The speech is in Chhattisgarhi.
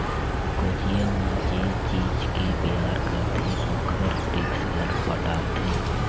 कोचिया मन जे चीज के बेयार करथे ओखर टेक्स घलो पटाथे